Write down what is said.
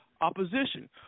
opposition